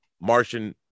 Martian